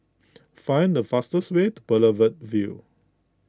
find the fastest way to Boulevard Vue